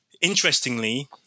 Interestingly